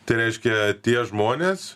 tai reiškia tie žmonės